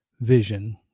vision